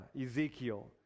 Ezekiel